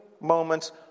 moments